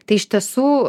tai iš tiesų